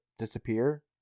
Disappear